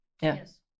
Yes